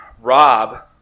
Rob